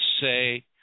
say